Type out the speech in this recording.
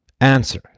answer